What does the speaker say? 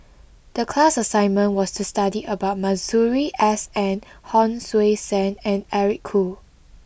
the class assignment was to study about Masuri S N Hon Sui Sen and Eric Khoo